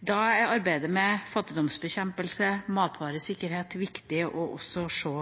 Da er arbeidet med fattigdomsbekjempelse, matvaresikkerhet, viktig å se også